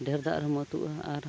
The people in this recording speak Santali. ᱰᱷᱮᱹᱨ ᱫᱟᱜ ᱨᱮᱢ ᱟᱹᱛᱩᱜᱼᱟ ᱟᱨ